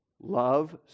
Love